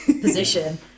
Position